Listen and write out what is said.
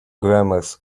grammars